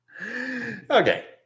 Okay